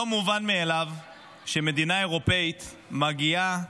לא מובן מאליו שמדינה אירופית מגיעה